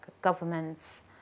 governments